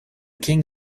king